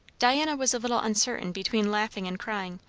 diana was a little uncertain between laughing and crying,